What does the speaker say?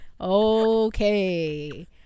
Okay